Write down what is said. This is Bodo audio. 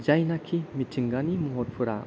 जायनाखि मिथिंगानि महरफोरा